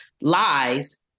lies